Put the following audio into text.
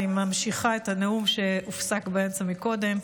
אני ממשיכה את הנאום שהופסק באמצע קודם.